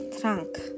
trunk